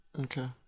Okay